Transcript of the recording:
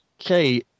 okay